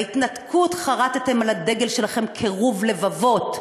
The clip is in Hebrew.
בהתנתקות חרתם על הדגל שלכם קירוב לבבות,